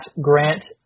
Grant